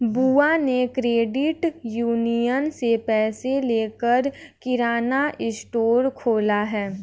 बुआ ने credit union से पैसे लेकर किराना स्टोर खोला है